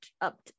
up